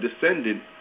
descendant